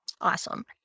awesome